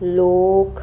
ਲੋਕ